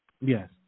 Yes